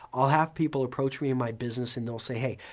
i'll have people approach me in my business and they'll say, hey,